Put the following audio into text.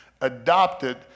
adopted